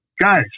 guys